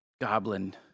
goblin